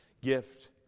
gift